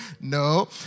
No